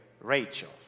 Rachel